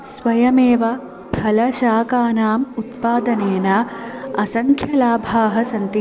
स्वयमेव फलशाकानाम् उत्पादनेन असङ्ख्यलाभाः सन्ति